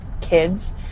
kids